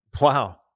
wow